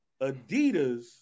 Adidas